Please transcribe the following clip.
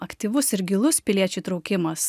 aktyvus ir gilus piliečių įtraukimas